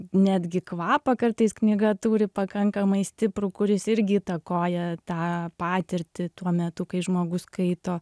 netgi kvapą kartais knyga turi pakankamai stiprų kuris irgi įtakoja tą patirtį tuo metu kai žmogus skaito